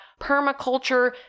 permaculture